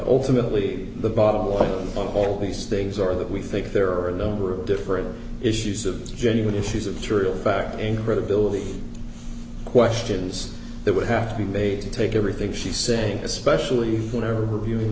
ultimately the bottom line of all these things are that we think there are a number of different issues of genuine issues of true fact in credibility questions that would have to be made to take everything she's saying especially when are reviewing